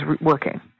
working